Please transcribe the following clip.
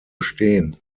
bestehen